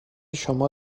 شما